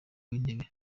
w’intebe